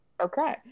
okay